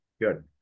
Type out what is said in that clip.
Good